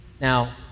Now